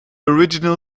original